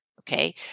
okay